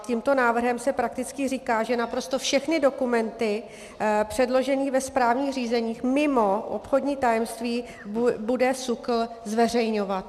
Tímto návrhem se prakticky říká, že naprosto všechny dokumenty předložené ve správních řízeních mimo obchodní tajemství bude SÚKL zveřejňovat.